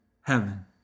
heaven